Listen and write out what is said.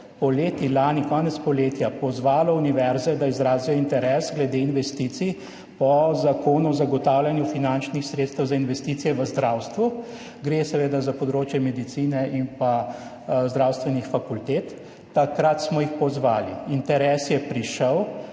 poleti, konec poletja pozvalo univerze, da izrazijo interes glede investicij po zakonu o zagotavljanju finančnih sredstev za investicije v zdravstvu. Gre seveda za področje medicine in zdravstvenih fakultet. Takrat smo jih pozvali, interes je prišel